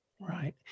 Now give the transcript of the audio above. right